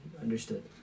Understood